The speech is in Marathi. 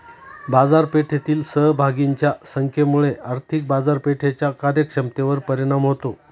बाजारपेठेतील सहभागींच्या संख्येमुळे आर्थिक बाजारपेठेच्या कार्यक्षमतेवर परिणाम होतो